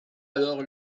alors